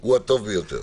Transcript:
הוא הטוב ביותר.